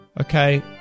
Okay